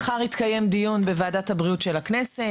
מחר יתקיים דיון בוועדת הבריאות של הכנסת.